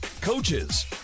coaches